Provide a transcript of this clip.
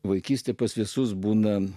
vaikystėje pas visus būna